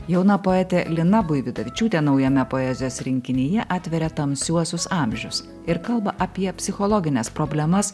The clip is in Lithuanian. jauna poetė lina buividavičiūtė naujame poezijos rinkinyje atveria tamsiuosius amžius ir kalba apie psichologines problemas